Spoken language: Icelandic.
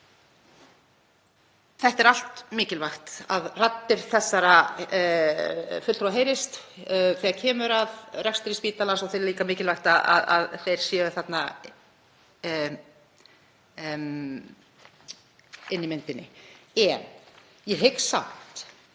Þetta er allt mikilvægt, að raddir þessara fulltrúa heyrist þegar kemur að rekstri spítalans. Það er líka mikilvægt að þeir séu þarna inn í myndinni. En ég hygg